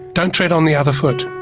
don't tread on the other foot,